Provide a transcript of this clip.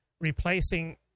replacing